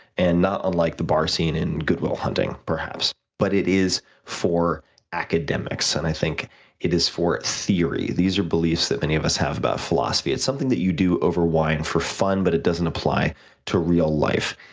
and not unlike the bar scene in good will hunting perhaps, but it is for academics, and i think it is for theory. these are beliefs that many of us have about philosophy. it's something that you do over wine for fun, but it doesn't apply to real life.